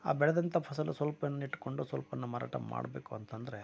ಆ ಬೆಳೆದಂತ ಫಸಲು ಸ್ವಲ್ಪವನ್ನು ಇಟ್ಟುಕೊಂಡು ಸ್ವಲ್ಪವನ್ನು ಮಾರಾಟ ಮಾಡಬೇಕು ಅಂತಂದರೆ